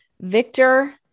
Victor